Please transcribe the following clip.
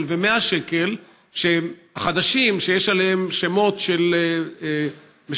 ו-100 שקלים חדשים שיש עליהם שמות של משוררות,